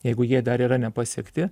jeigu jie dar yra nepasiekti